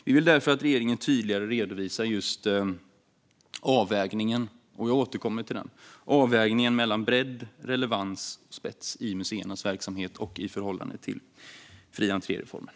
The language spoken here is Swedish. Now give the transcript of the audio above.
Vi vill därför att regeringen tydligare redovisar avvägningen - och jag återkommer till den - mellan bredd, relevans och spets i museernas verksamhet och i förhållande till fri entré-reformen.